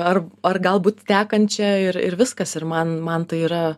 ar ar galbūt tekančią ir ir viskas ir man man tai yra